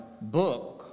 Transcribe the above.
book